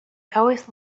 always